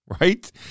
right